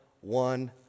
one